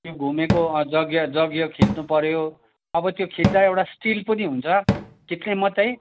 त्यो घुमेको यज्ञ यज्ञ खिच्नुपऱ्यो अब त्यो खिच्दा एउटा स्टिल पनि हुन्छ खिच्ने मात्रै